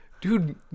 Dude